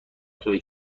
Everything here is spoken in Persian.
توئه